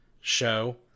show